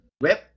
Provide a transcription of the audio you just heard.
web